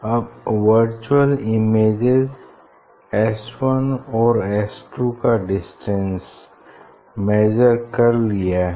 अब virtual images s 1 और s 2 का डिस्टेंस मेजर कर लिया है